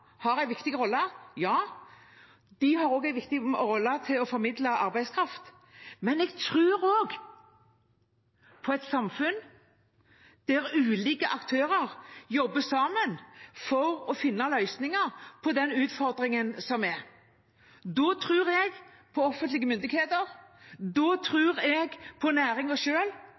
har en viktig rolle, og de har også en viktig rolle i å formidle arbeidskraft, men jeg tror også på et samfunn der ulike aktører jobber sammen for å finne løsninger på utfordringene. Da tror jeg på offentlige myndigheter, da tror jeg på næringen selv, da tror jeg på